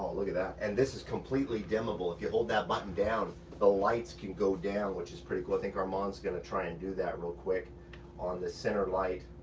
look at that. and this is completely dimmable. if you hold that button down, the lights can go down, which is pretty cool. i think armand's gonna try and do that real quick on the center light,